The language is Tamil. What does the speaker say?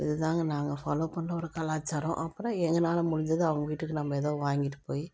இது தாங்க நாங்கள் ஃபாலோ பண்ற ஒரு கலாச்சாரம் அப்பறம் எங்களால முடிஞ்சதை அவங்க வீட்டுக்கு நம்ம எதாவது வாங்கிட்டு போய்